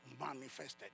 Manifested